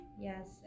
yes